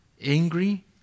angry